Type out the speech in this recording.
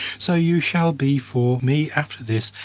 so you shall be for me after this,